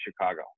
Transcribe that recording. Chicago